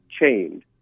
chained